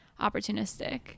opportunistic